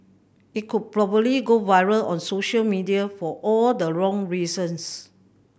it could probably go viral on social media for all the wrong reasons